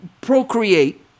procreate